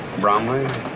Bromley